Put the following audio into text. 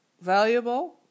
valuable